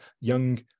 young